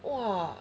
!wah!